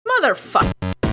Motherfucker